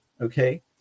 Okay